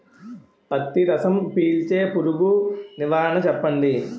పత్తి రసం పీల్చే పురుగు నివారణ చెప్పండి?